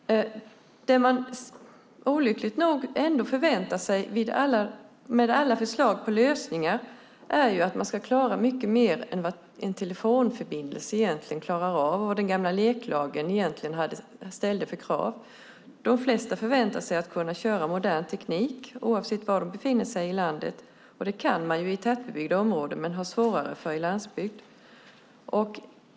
Det man olyckligt nog ändå förväntar sig med alla förslag på lösningar är att man ska klara mycket mer än vad en telefonförbindelse egentligen klarar av och vad den gamla LEK-lagen ställde för krav. De flesta förväntar sig att kunna använda modern teknik oavsett var de befinner sig i landet. Det kan man i tättbebyggda områden, men det är svårare på landsbygd.